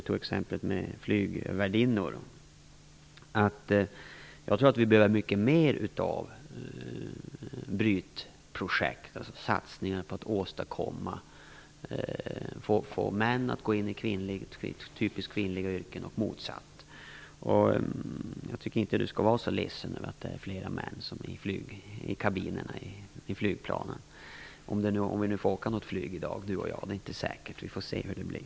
Jag vill ytterligare understryka att jag tror att vi behöver många flera Brytprojekt, dvs. satsningar på att få män att gå in i typiskt kvinnliga yrken och tvärtom. Jag tycker inte att man skall vara så ledsen över att det är flera män i kabinerna i flygplanen. Det är förresten inte säkert att Christin Nilsson och jag över huvud taget kan flyga någonstans i dag. Vi får se hur det blir.